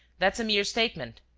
that's a mere statement.